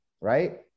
right